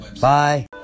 Bye